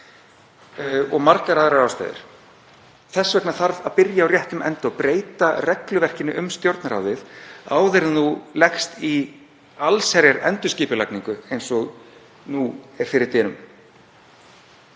og margar aðrar ástæður. Þess vegna þarf að byrja á réttum enda og breyta regluverkinu um Stjórnarráðið áður en lagst er í allsherjarendurskipulagningu eins og nú er fyrir dyrum.